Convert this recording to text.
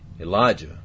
Elijah